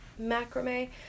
macrame